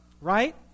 right